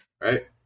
Right